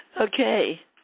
Okay